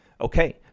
Okay